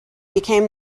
became